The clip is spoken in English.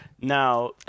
Now